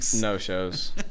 No-shows